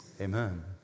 amen